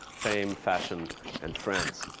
fame, fashion and friends.